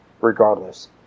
regardless